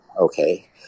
okay